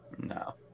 No